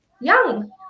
Young